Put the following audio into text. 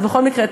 אז בכל מקרה,